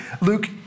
Luke